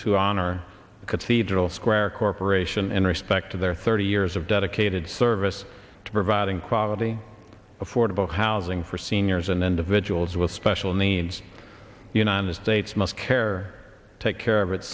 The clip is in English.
to honor the cathedral square corporation and respect their thirty years of dedicated service to provide quality affordable housing for seniors and individuals with special needs the united states must care take care of its